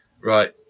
Right